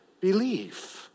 belief